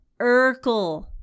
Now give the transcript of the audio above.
Urkel